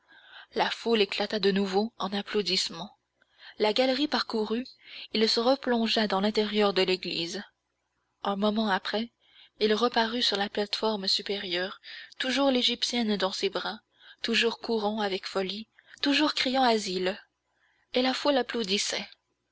la foule éclata de nouveau en applaudissements la galerie parcourue il se replongea dans l'intérieur de l'église un moment après il reparut sur la plate-forme supérieure toujours l'égyptienne dans ses bras toujours courant avec folie toujours criant asile et la foule applaudissait